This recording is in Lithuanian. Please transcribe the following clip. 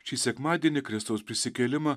šį sekmadienį kristaus prisikėlimą